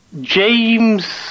James